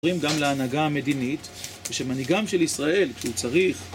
...גם להנהגה המדינית, ושמנהיגם של ישראל הוא צריך